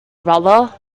brother